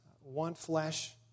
one-flesh